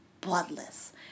bloodless